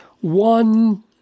one